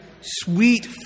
sweet